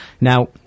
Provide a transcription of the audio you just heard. Now